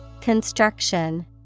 Construction